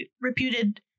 reputed